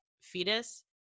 fetus